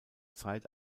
zeit